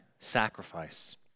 sacrifice